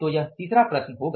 तो यह तीसरा प्रश्न होगा